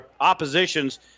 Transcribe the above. opposition's